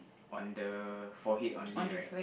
on the forehead only right